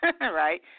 right